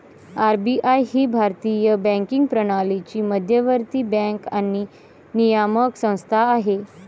RBI ही भारतीय banking प्रणालीची मध्यवर्ती बँक आणि नियामक संस्था आहे